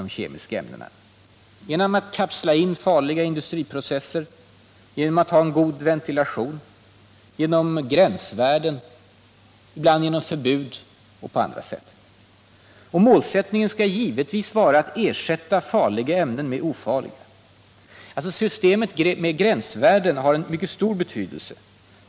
de kemiska ämnena — genom att kapsla in farliga industriprocesser, genom att ha god ventilation, genom gränsvärden, ibland genom förbud och på andra sätt. Målsättningen skall givetvis vara att ersätta farliga ämnen med ofarliga. Systemet med gränsvärden har en mycket stor betydelse.